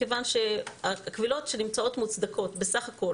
מכיוון שקבילות שנמצאות מוצדקות בסך הכול